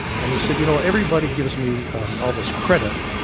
and he said you know, everybody gives me all this credit,